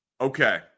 Okay